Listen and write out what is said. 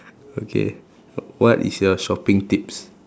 okay what is your shopping tips